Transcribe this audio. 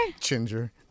Ginger